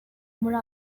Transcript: muri